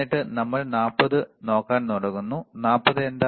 എന്നിട്ട് നമ്മൾ 40 നോക്കാൻ തുടങ്ങുന്നു 40 എന്താണ്